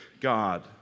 God